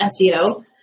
SEO